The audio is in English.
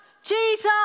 Jesus